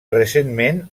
recentment